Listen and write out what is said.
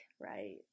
right